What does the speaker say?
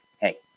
hey